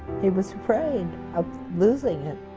he was afraid of losing it.